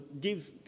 give